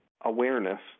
awareness